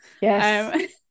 yes